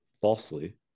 falsely